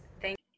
Thank